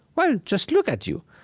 well, just look at you.